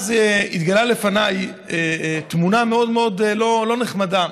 התגלתה לפניי תמונה מאוד מאוד לא נחמדה.